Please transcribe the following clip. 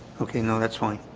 okay, no, that's fine